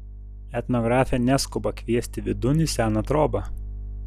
etnografė neskuba kviesti vidun į seną trobą